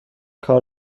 کار